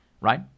Right